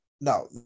no